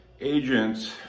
agents